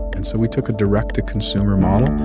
and so we took a direct-to-consumer model.